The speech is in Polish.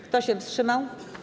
Kto się wstrzymał?